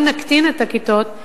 אם נקטין את הכיתות,